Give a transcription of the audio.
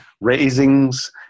raisings